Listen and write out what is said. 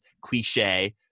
cliche